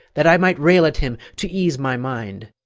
that i might rail at him to ease my mind!